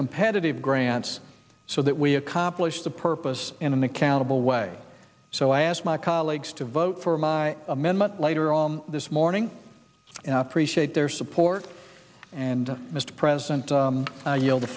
competitive grants so that we accomplish the purpose in an accountable way so i asked my colleagues to vote for my amendment later on this morning and i appreciate their support and mr president